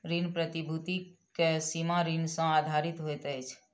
ऋण प्रतिभूति के सीमा ऋण सॅ आधारित होइत अछि